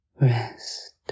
rest